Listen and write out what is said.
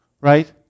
Right